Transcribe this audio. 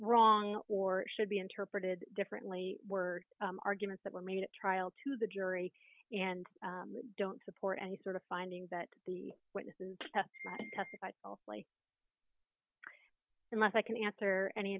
wrong or should be interpreted differently were arguments that were made at trial to the jury and don't support any sort of finding that the witnesses testified falsely unless i can answer any